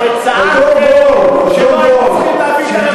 הרי צעקתם שלא היינו צריכים להביא, .